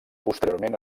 posteriorment